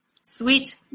Sweet